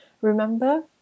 remember